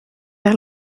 vers